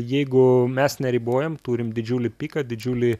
jeigu mes neribojam turim didžiulį piką didžiulį